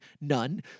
none